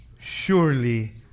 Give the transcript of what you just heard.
Surely